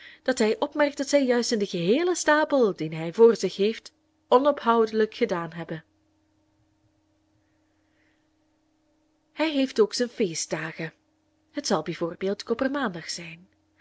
dat hij opmerkt dat zij juist in den geheelen stapel dien hij vr zich heeft onophoudelijk gedaan hebben hij heeft ook zijn feestdagen het zal bij voorbeeld koppermaandag zijn